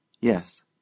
Yes